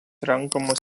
renkamas